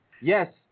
Yes